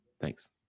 Thanks